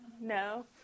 no